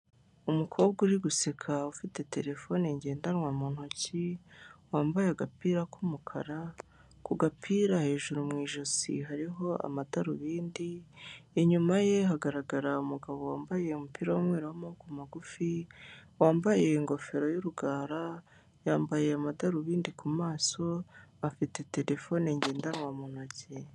Umukobwa uri guseka ufite telefone ngendanwa mu ntoki, wambaye agapira k'umukara, ku gapira hejuru mu ijosi hariho amadarubindi, inyuma ye hagaragara umugabo wambaye umupira w'umweru w'amaguru magufi, wambaye ingofero y'urugara, yambaye amadarubindi ku maso afite telefone ngendanwa mu ntoki.